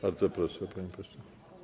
Bardzo proszę, panie pośle.